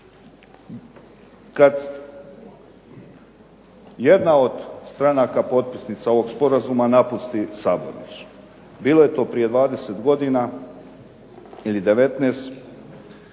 kad jedna od stranaka potpisnica ovog sporazuma napusti Sabor. Bilo je to prije 20 godina ili 19 i da